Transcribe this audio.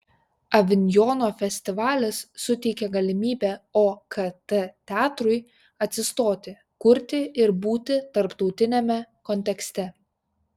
avinjono festivalis suteikė galimybę okt teatrui atsistoti kurti ir būti tarptautiniame kontekste